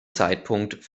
zeitpunkt